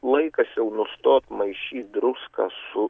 laikas jau nustot maišyt druską su